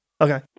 Okay